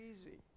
easy